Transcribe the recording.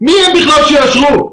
מי הם בכלל שיאשרו?